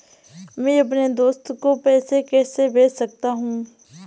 मैं अपने दोस्त को पैसे कैसे भेज सकता हूँ?